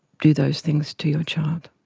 do those things to your child.